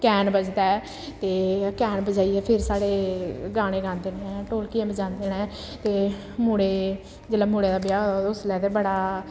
कैन बजदा ऐ ते कैन बजाइयै फिर साढ़े गाने गांदे न ढोलकियां बजांदे न ते मुड़े जिल्लै मुड़े दा ब्याह् होऐ उसलै ते बड़ा